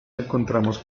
encontramos